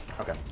Okay